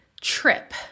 trip